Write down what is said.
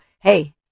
Hey